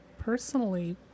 personally